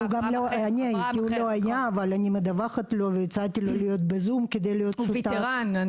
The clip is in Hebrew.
אני מדווחת לו והצעתי לו להיות בזום כדי להיות שותף --- הוא וטרן.